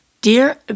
Dear